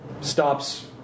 stops